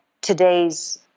today's